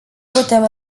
putem